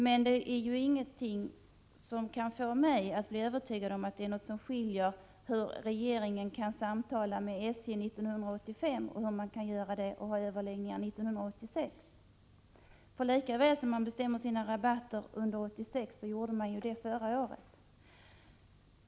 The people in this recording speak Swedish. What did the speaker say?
Men det är inget som kan övertyga mig om att regeringen inte skulle kunna ha överläggningar med SJ 1986 när regeringen förde samtal med SJ 1985. Lika väl som SJ bestämmer sina rabatter under 1986 gjorde man det förra året.